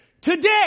Today